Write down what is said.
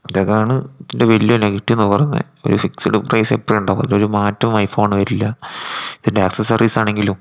ഇതൊക്കെ ആണ് ഇതിൻ്റെ വലിയൊരു നെഗറ്റീവെന്നു പറയുന്നത് ഒരു ഫിക്സിഡ് പ്രൈസ് എപ്പോഴും ഉണ്ടാവും അതിലൊരു മാറ്റവും ഐഫോൺ വരില്ല ഇതിൻ്റെ ഏക്സസ്സറീസ് ആണെങ്കിലും